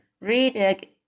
read